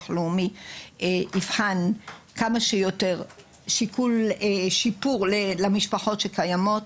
לאומי יבחן כמה שיותר שיפור למשפחות שקיימות.